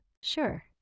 Sure